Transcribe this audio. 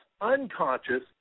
unconscious